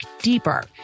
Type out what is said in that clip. deeper